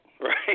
right